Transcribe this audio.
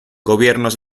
gobiernos